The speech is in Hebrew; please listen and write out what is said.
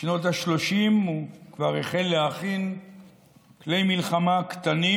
בשנות השלושים הוא כבר החל להכין כלי מלחמה קטנים.